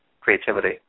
creativity